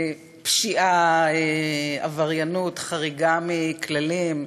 פשיעה, עבריינות, חריגה מכללים,